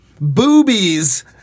Boobies